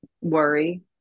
worry